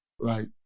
right